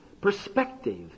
perspective